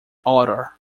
order